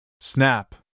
snap